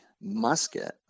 musket